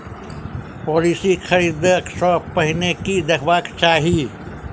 Policy खरीदै सँ पहिने की देखबाक चाहि?